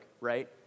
right